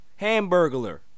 Hamburglar